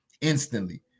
instantly